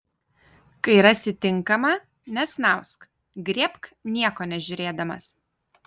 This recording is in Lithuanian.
kai rasi tinkamą nesnausk griebk nieko nežiūrėdamas